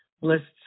lists